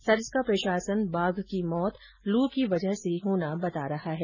सरिस्का प्रशासन बाघ की मौत लू की वजह से होना बता रहा है